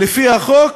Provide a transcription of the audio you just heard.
לפי החוק